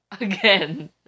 Again